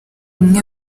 umwe